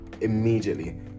Immediately